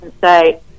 say